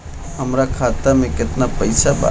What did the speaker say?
हमरा खाता में केतना पइसा बा?